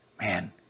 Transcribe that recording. man